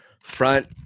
front